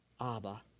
Abba